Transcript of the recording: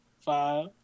five